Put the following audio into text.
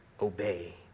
obey